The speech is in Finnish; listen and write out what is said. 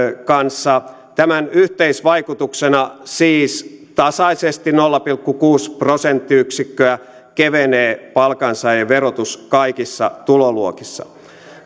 kanssa ja tämän yhteisvaikutuksena siis tasaisesti nolla pilkku kuusi prosenttiyksikköä kevenee palkansaajien verotus kaikissa tuloluokissa